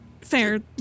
fair